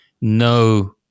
no